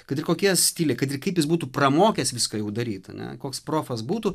kad ir kokie stiliai kad ir kaip jis būtų pramokęs viską jau daryt ane koks profas būtų